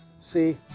See